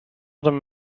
them